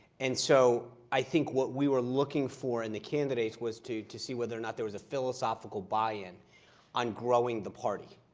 and so i think what we were looking for in the candidates was to to see whether or not there was a philosophical buy-in on growing the party.